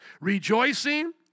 rejoicing